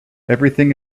everything